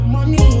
Money